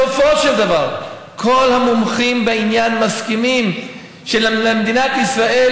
בסופו של דבר כל המומחים בעניין מסכימים שלמדינת ישראל